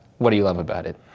what do you love about it?